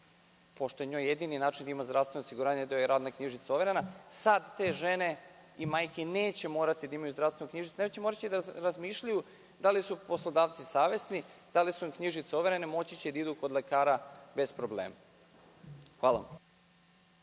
pošto je njoj jedini način da ima zdravstveno osiguranje da joj je radna knjižica overena. Sada te žene i majke neće morati da imaju zdravstvenu knjižicu, neće morati da razmišljaju da li su poslodavci savesni, da li su im knjižice overene. Moći će da idu kod lekara bez problema. Hvala.